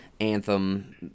Anthem